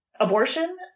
abortion